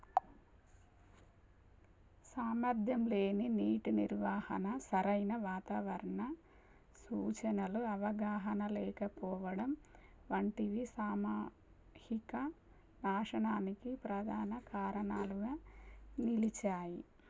సామర్థ్యంలేని నీటి నిర్వాహణ సరైన వాతావరణ సూచనలు అవగాహన లేకపోవడం వంటివి సామూహిక నాశనానికి ప్రధాన కారణాలుగా నిలిచాయి